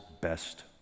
best